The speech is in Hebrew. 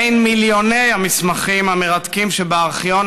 בין מיליוני המסמכים המרתקים שבארכיון